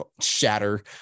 shatter